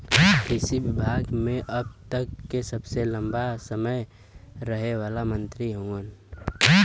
कृषि विभाग मे अब तक के सबसे लंबा समय रहे वाला मंत्री हउवन